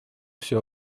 все